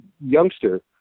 youngster